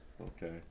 okay